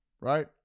right